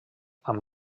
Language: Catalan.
amb